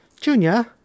junior